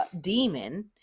demon